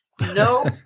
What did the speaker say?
no